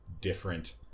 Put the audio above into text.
different